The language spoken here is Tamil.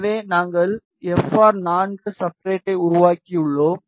எனவே நாங்கள் எப் ஆர்4 சப்ஸ்ட்ரட் உருவாக்கியுள்ளோம்